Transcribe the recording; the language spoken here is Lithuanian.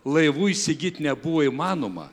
laivų įsigyt nebuvo įmanoma